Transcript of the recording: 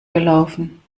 gelaufen